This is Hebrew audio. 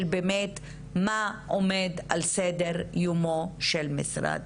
מה באמת עומד על סדר יומו של משרד: